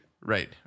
Right